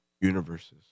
universes